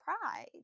pride